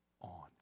on